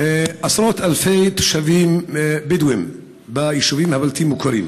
עשרות אלפי תושבים בדואים ביישובים הבלתי-מוכרים